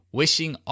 wishing